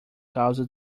causa